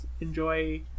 enjoy